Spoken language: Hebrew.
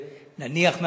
נניח,